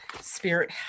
spirit